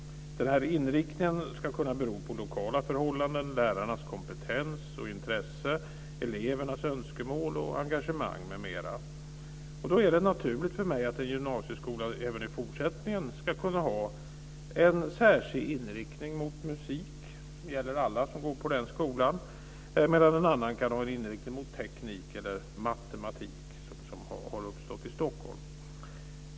Inriktningen ska kunna bero på lokala förhållanden, lärarnas kompetens och intressen, elevernas önskemål och engagemang m.m. Då är det naturligt för mig att en gymnasieskola även i fortsättningen ska kunna ha en särskild inriktning mot musik, som gäller alla som går på den skolan, medan en annan kan ha en inriktning mot teknik eller matematik - som har uppstått i Stockholm.